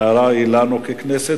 ההערה היא לנו ככנסת,